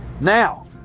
Now